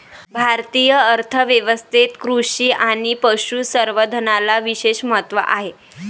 भारतीय अर्थ व्यवस्थेत कृषी आणि पशु संवर्धनाला विशेष महत्त्व आहे